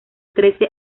trece